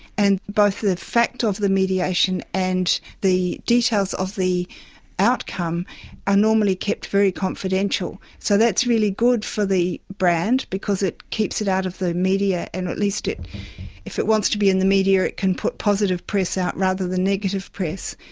and both the fact of the mediation and the details of the outcome are ah normally kept very confidential. so that's really good for the brand because it keeps it out of the media and at least if it wants to be in the media it can put positive press out rather than negative press.